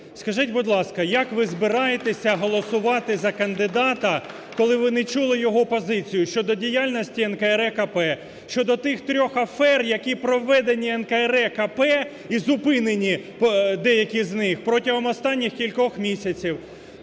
Скажіть, будь ласка, як ви збираєтеся голосувати за кандидата, коли ви не чули його позицію щодо діяльності НКРЕКП, щодо тих трьох афер, які проведені НКРЕКП, і зупинені деякі з них, протягом останніх кількох місяців?